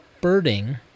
birding